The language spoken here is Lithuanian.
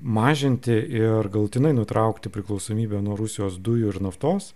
mažinti ir galutinai nutraukti priklausomybę nuo rusijos dujų ir naftos